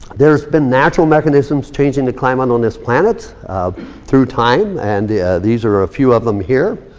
there's been natural mechanisms changing the climate on this planet through time. and these are a few of them here.